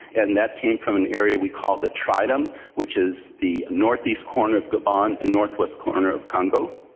and that came from an area we call the tridom, which is the northeast corner of gabon and northwest corner of congo.